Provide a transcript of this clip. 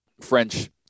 French